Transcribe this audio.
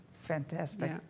Fantastic